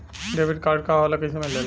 Debit card का होला कैसे मिलेला?